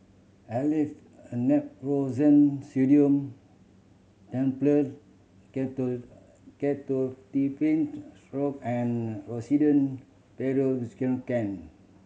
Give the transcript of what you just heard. Aleve Naproxen Sodium Tablet Ketotifen Syrup and Rosiden Piroxicam